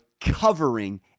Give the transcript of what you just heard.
covering